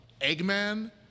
Eggman